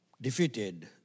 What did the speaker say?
defeated